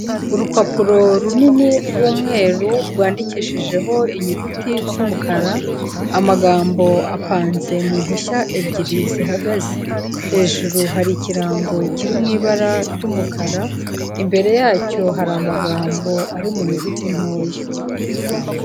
Urupapuro runini rw'umweru rwandikishijeho inyuguti z'umukara , amagambo apanze mu mpushya ebyiri zihagaze, hejuru hari ikirango kiri mu ibara ry'umukara, imbere yacyo hari amagambo ari mu nyuguti ntoya.